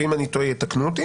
ואם אני טועה יתקנו אותי